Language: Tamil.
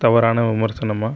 தவறான விமர்சனமாக